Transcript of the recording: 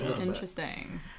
Interesting